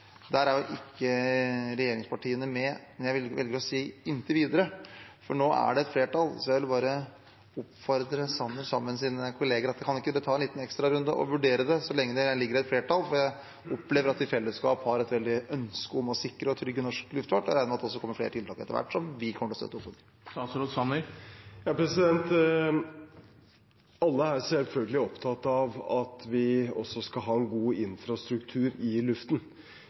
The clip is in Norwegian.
videre», for nå er det et flertall, så jeg vil bare oppfordre Sanner til sammen med sine kolleger å ta en liten ekstrarunde og vurdere det, så lenge det ligger et flertall. Jeg opplever at vi i fellesskap har et veldig ønske om å sikre og trygge norsk luftfart, og jeg regner med at det også kommer flere tiltak etter hvert, som vi kommer til å støtte opp om. Alle er selvfølgelig opptatt av at vi også skal ha en god infrastruktur i luften.